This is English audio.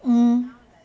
mm